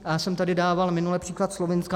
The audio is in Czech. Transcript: Já jsem tady dával minule příklad Slovenska.